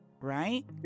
right